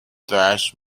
thrash